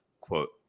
quote